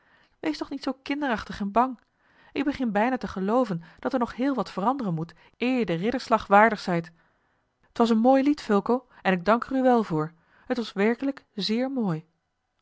wees toch niet zoo kinderachtig en bang ik begin bijna te gelooven dat er nog heel wat veranderen moet eer je den ridderslag waardig zijt t was een mooi lied fulco en ik dank u er wel voor t was werkelijk zeer mooi